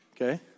okay